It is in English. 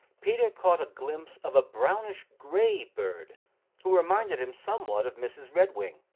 peter caught a glimpse of a brownish-gray bird who reminded him somewhat of mrs. redwing.